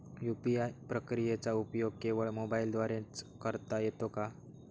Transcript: UPI प्रक्रियेचा उपयोग केवळ मोबाईलद्वारे च करता येतो का?